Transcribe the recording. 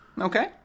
okay